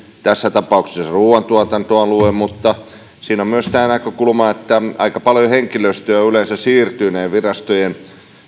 tässä tapauksessa ruuantuotantoalue mutta siinä on myös tämä näkökulma että aika paljon henkilöstöä yleensä siirtynee virastojen